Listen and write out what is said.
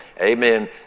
Amen